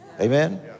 Amen